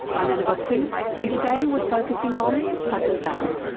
i'm annabelle quince and today we're focusing on pakistan.